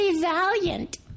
valiant